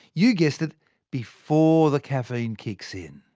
you guessed it before the caffeine kicks in.